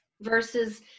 versus